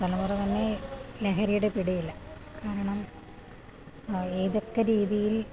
തലമുറതന്നെ ലഹരിയുടെ പിടിയിലാ കാരണം ഏതൊക്കെ രീതിയിൽ